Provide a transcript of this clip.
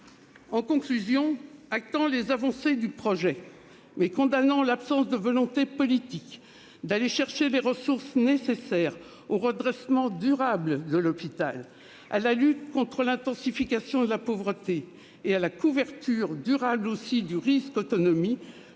En conclusion, prenant acte des avancées de ce texte, mais condamnant l'absence de volonté politique de trouver les ressources nécessaires au redressement durable de l'hôpital, à la lutte contre l'intensification de la pauvreté et à la couverture durable du risque autonomie,